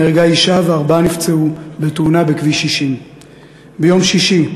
נהרגה אישה וארבעה נפצעו בתאונה בכביש 60. ביום שישי,